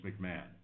McMahon